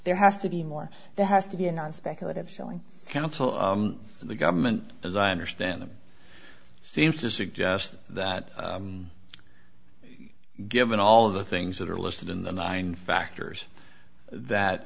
there has to be more there has to be a non speculative selling counsel for the government as i understand them seems to suggest that given all of the things that are listed in the nine factors that